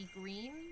green